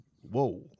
whoa